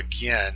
again